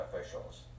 officials